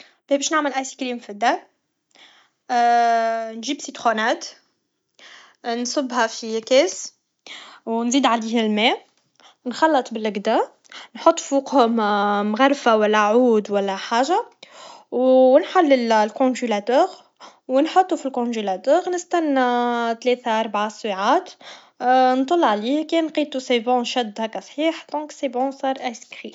باهي باشنعمل ايس كريم فالدار نجيب سيطخوناد نصبها في كاس و نزيد عليه الما و نخلط بلقدا نحط فوقهم معلفه ولا عود ولا حاجه و نحل لكونجيلاتورو نحطو فالكونجيلاتور و نسنى ثلاث اريع ساعات نطل عليه كان لقيتو هكا سيبون شد هكا صحيح دونك سيبون صار ايسكخيم